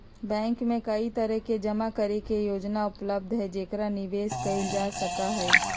bank में कई तरह के जमा करे के योजना उपलब्ध हई जेकरा निवेश कइल जा सका हई